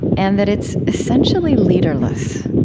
and that it's essentially leaderless